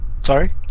Sorry